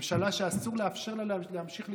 ממשלה שאסור לאפשר לה להמשיך להתקיים.